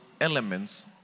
elements